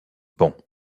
bon